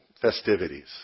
festivities